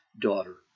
daughter